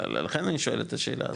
לכן אני שואל את השאלה הזאת.